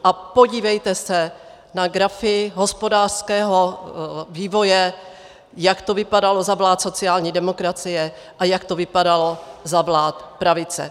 A podívejte se na grafy hospodářského vývoje, jak to vypadalo za vlád sociální demokracie a jak to vypadalo za vlád pravice.